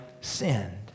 sinned